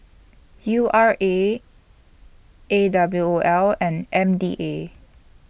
U R A A W O L and M D A